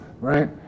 right